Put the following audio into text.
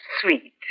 sweet